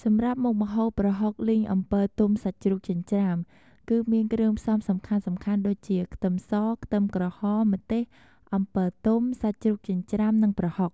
សម្រាប់មុខម្ហូប ប្រហុកលីងអំពិលទុំសាច់ជ្រូកចិញ្ច្រាំ គឺមានគ្រឿងផ្សំសំខាន់ៗដូចជា ខ្ទឹមស ខ្ទឹមក្រហម ម្ទេស អំពិលទុំ សាច់ជ្រូកចិញ្ច្រាំ និងប្រហុក។